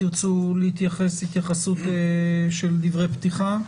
תרצו להתייחס התייחסות של דברי פתיחה?